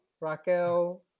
Raquel